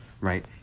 right